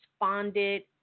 responded